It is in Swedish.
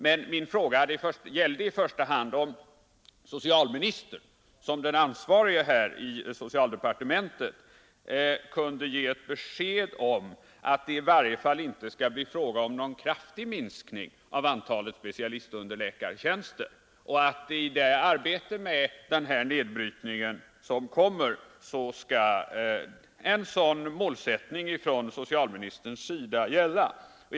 Men min fråga gällde i första hand om socialministern såsom den högste ansvarige i socialdepartementet kunde ge besked om att det i varje fall inte skall bli fråga om en kraftig minskning av antalet specialistunderläkartjänster och att en sådan målsättning från socialministerns sida skall gälla i det kommande arbetet med denna nedbrytning.